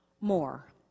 more